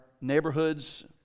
neighborhoods